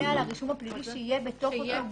לרישום הפלילי שיהיה בתוך אותו גוף,